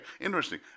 Interesting